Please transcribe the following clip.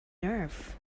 nerve